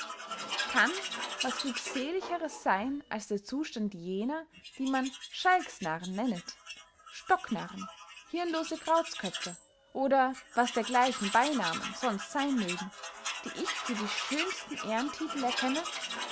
kann was glücklichers seyn als der zustand jener die man schalksnarren nennet stocknarren hirnlose krautsköpfe oder was dergleichen beynahmen sonst seyn mögen die ich für die schönsten ehrentitel erkenne